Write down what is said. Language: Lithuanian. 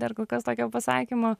dar kol kas tokio pasakymo